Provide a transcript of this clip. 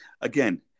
again